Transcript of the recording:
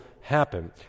happen